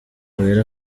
wera